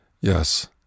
Yes